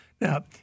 Now